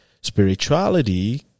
Spirituality